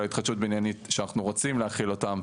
ההתחדשות הבניינית שאנחנו רוצים להחיל אותן,